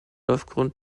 aufgrund